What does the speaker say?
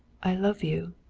i love you,